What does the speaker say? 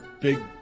big